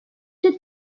நல்ல